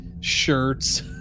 shirts